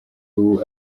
ubu